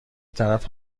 طرف